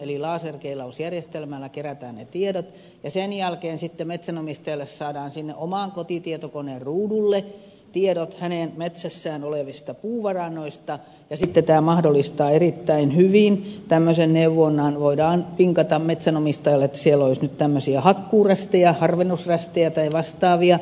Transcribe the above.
eli laserkeilausjärjestelmällä kerätään ne tiedot ja sen jälkeen metsänomistajalle saadaan sinne omaan kotitietokoneen ruudulle tiedot hänen metsässään olevista puuvarannoista ja tämä mahdollistaa erittäin hyvin tämmöisen neuvonnan että voidaan vinkata metsänomistajalle että siellä olisi nyt tämmöisiä hakkuurästejä harvennusrästejä tai vastaavia